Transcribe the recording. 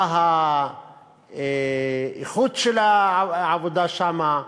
מה האיכות של העבודה שם.